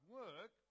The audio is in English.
work